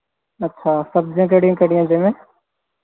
ਅੱਛਾ ਸਬਜ਼ੀਆਂ ਕਿਹੜੀਆਂ ਕਿਹੜੀਆਂ ਜਿਵੇਂ